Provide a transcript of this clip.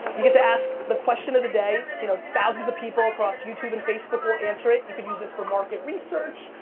you get to ask the question of the day, you know thousands of people across youtube and facebook will answer it. you can use this for market research,